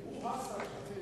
תודה רבה.